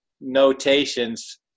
notations